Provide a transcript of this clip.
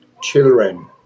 children